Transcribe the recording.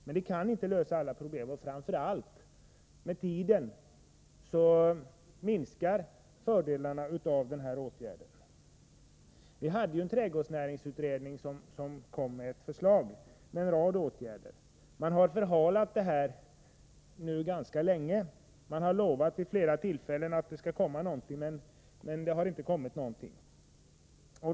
Men detta kan inte lösa alla problem, och med tiden minskar ju fördelarna av en devalvering. Trädgårdsnäringsutredningen kom med en rad förslag. Man har förhalat det här nu ganska länge. Det har lovats vid flera tillfällen att det skall göras någonting, men så har inte skett.